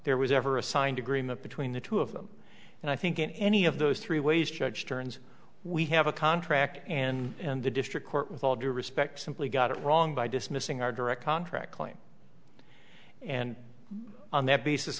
there was ever a signed agreement between the two of them and i think in any of those three ways judge turns we have a contract and the district court with all due respect simply got it wrong by dismissing our direct contract claim and on that basis